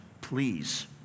please